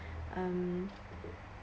um